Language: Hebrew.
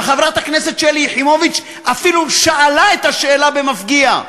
וחברת הכנסת שלי יחימוביץ אפילו שאלה את השאלה במפגיע,